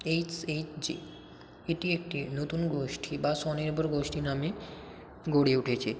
S H G এটি একটি নতুন গোষ্ঠী বা স্বনির্ভর গোষ্ঠী নামে গড়ে উঠেছে